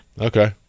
Okay